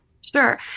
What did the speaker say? Sure